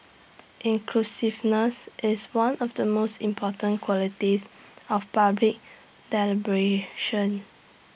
inclusiveness is one of the most important qualities of public deliberation